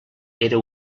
era